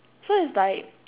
so it's like